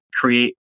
create